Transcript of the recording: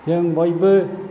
जों बयबो